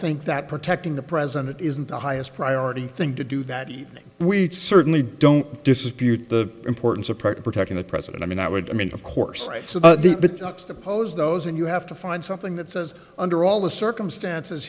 think that protecting the president isn't the highest priority thing to do that evening we certainly don't dispute the importance of protecting the president i mean i would i mean of course so the juxtapose those and you have to find something that says under all the circumstances